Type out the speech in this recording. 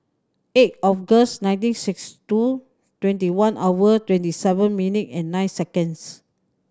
eighth August nineteen sixty two twenty one hour twenty seven minute and nine seconds